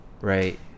right